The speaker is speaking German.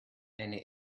eine